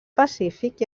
pacífic